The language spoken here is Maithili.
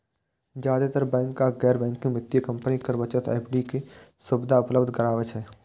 जादेतर बैंक आ गैर बैंकिंग वित्तीय कंपनी कर बचत एफ.डी के सुविधा उपलब्ध कराबै छै